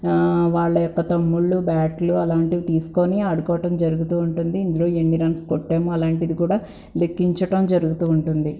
వాళ్ళ యొక్క తమ్ముళ్ళు బ్యాట్లు అలాంటివి తీసుకొని ఆడుకోవటం జరుగుతూ ఉంటుంది ఇందులో ఎన్ని రన్స్ కొట్టాము అలాంటిది కూడా లెక్కించటం జరుగుతూ ఉంటుంది